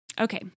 Okay